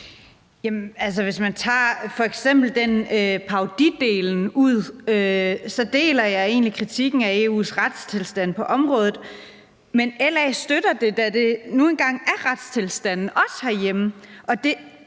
hvis man f.eks. tager parodidelen ud, deler jeg egentlig kritikken af EU's retstilstand på området, men LA støtter det, da det nu engang er retstilstanden, også herhjemme.